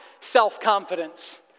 self-confidence